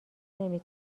نمی